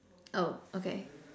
oh okay